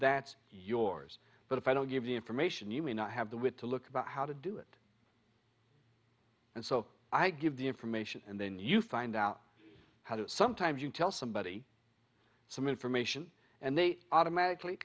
that's yours but if i don't give the information you may not have the wit to look about how to do it and so i give the information and then you find out how do sometimes you tell somebody some information and they automatically